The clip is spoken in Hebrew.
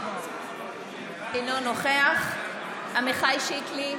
אינו נוכח עמיחי שיקלי,